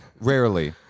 rarely